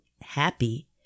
happy